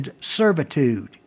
servitude